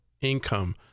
income